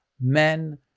men